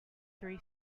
three